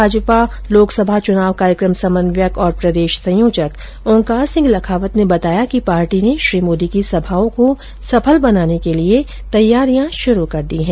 भाजपा लोकसभा चुनाव कार्यक्रम समन्वयक और प्रदेश संयोजक ओंकार सिंह लखावत ने बताया कि पार्टी ने श्री मोदी की सभाओं को सफल बनाने की तैयारियां शुरू कर दी है